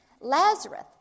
Lazarus